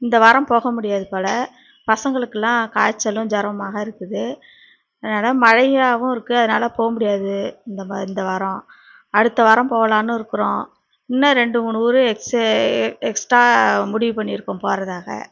இந்த வாரம் போக முடியாது போல் பசங்களுக்கு எல்லாம் காய்சலும் ஜொரமுமாக இருக்குது அதான் மழையாகவும் இருக்கு அதனால போக முடியாது இந்தமா இந்த வாரம் அடுத்த வாரம் போகலான்னு இருக்கிறோம் இன்னோம் ரெண்டு மூணு ஊர் எக்ஸ்சு எக்ஸ்ட்ரா முடிவு பண்ணி இருக்கோம் போகறதாக